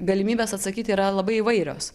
galimybės atsakyt yra labai įvairios